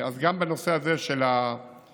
אז גם בנושא הזה של הפיצויים,